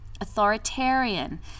authoritarian